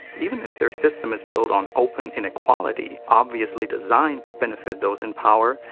even if their system is built on open inequality, obviously designed to benefit those in power,